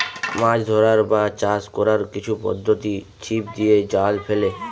মাছ ধরার বা চাষ কোরার কিছু পদ্ধোতি ছিপ দিয়ে, জাল ফেলে